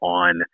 on